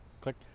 click